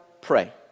pray